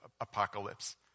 apocalypse